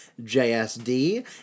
JSD